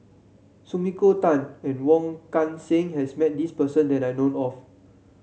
Sumiko Tan and Wong Kan Seng has met this person that I know of